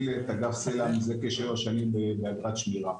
סל"ע מזה כשבע שנים באגרת שמירה.